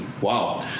Wow